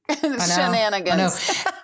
shenanigans